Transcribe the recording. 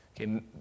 Okay